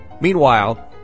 Meanwhile